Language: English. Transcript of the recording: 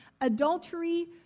Adultery